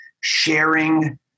sharing